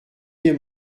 des